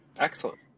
excellent